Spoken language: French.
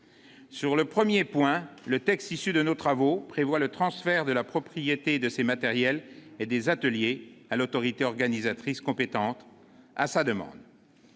billets. Premièrement, le texte issu de nos travaux prévoit le transfert de la propriété des matériels roulants et des ateliers à l'autorité organisatrice compétente, à la demande